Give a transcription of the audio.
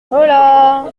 holà